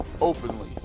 Openly